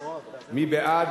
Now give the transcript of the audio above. מי בעד?